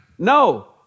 No